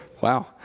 Wow